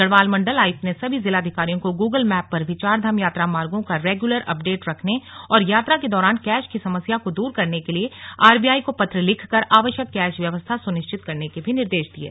गढ़वाल मंडल आयुक्त ने सभी जिलाधिकारियों को गूगल मैप पर भी चारधाम यात्रा मार्गों का रेग्यूलर अपडेट रखने और यात्रा के दौरान कैश की समस्या को दूर करने के लिए आरबीआई को पत्र लिखकर आवश्यक कैश व्यवस्था सुनिश्चित करने के भी निर्देश दिये